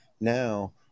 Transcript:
now